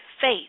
faith